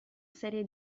serie